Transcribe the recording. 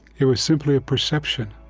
it was simply a perception.